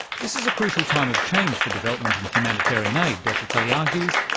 this is a crucial time of change for development in humanitarian aid, dr kelly argues,